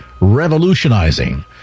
revolutionizing